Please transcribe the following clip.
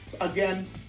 Again